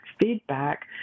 feedback